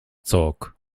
talk